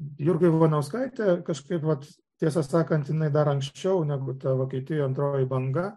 jurgą ivanauskaitę kažkaip vat tiesą sakant jinai dar anksčiau negu ta vokietijoj antroji banga